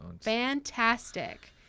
Fantastic